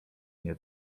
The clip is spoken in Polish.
nie